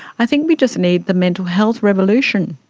i think we just need the mental health revolution,